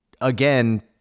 again